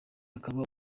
akaba